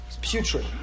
putrid